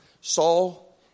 Saul